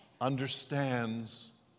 understands